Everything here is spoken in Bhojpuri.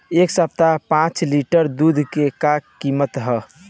एह सप्ताह पाँच लीटर दुध के का किमत ह?